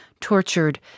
tortured